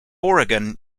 oregon